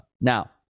Now